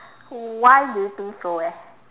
why do you think so eh